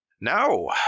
Now